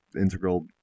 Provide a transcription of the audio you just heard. integral